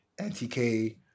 NTK